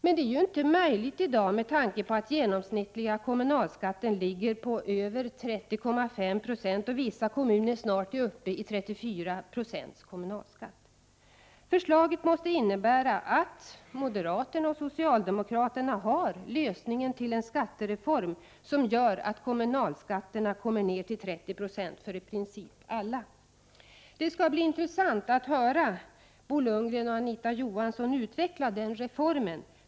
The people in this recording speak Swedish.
Men detta är inte möjligt i dag med tanke 14 december 1988 på att den genomsnittliga kommunalskatten ligger på över 30,5 20 och att Jiro mom a vissa kommuner snart är uppe i 34 26 kommunalskatt. Förslaget måste innebära att moderaterna och socialdemokraterna har lösningen till en skattereform som gör att kommunalskatterna kommer ner till 30 96 för i princip alla. Det skall bli intressant att höra Bo Lundgren och Anita Johansson utveckla tankarna kring den reformen.